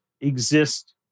exist